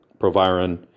proviron